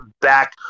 back